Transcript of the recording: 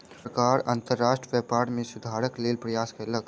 सरकार अंतर्राष्ट्रीय व्यापार में सुधारक लेल प्रयास कयलक